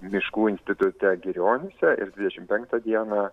miškų institute girionyse ir dvidešimt penktą dieną